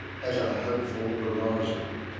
has a hopeful horizon.